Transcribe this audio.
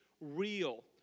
real